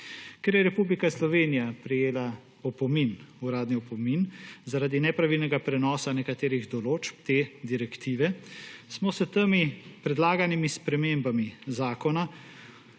Ker je Republika Slovenija prejela uradni opomin zaradi nepravilnega prenosa nekaterih določb te direktive, smo jih s temi predlaganimi spremembami zakona